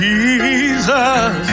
Jesus